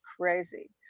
crazy